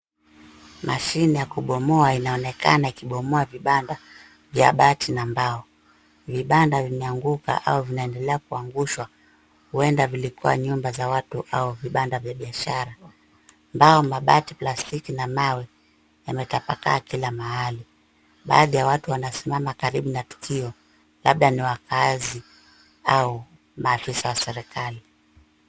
Mashine ya kubomoa inaonekana ikibomoa vibanda vya bati na mbao. Vibanda vimeanguka au vinaendelea kuangushwa huenda vilikuwa nyumba za watu au vibanda vya biashara. Mbao, mabati, plastiki na mawe yametapaka kila mahali. Baadhi ya watu wanasimama karibu na tukio labda ni wakaazi au maafisa wa serikali.